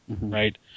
right